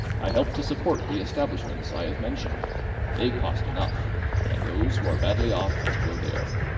i help to support the establishments i have mentioned they cost enough and those who are badly off must go there.